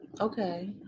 Okay